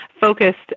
focused